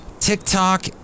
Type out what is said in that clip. TikTok